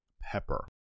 pepper